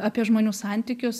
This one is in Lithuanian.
apie žmonių santykius